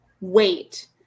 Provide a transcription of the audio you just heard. wait